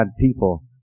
people